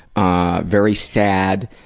ah very sad,